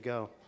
go